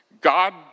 God